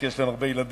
כי יש להם הרבה ילדים,